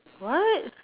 what